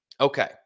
Okay